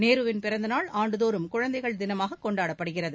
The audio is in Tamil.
நேருவின் பிறந்த நாள் ஆண்டுதோறும் குழந்தைகள் தினமாக கொண்டாடப்படுகிறது